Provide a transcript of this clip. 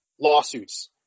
lawsuits